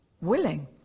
willing